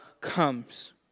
comes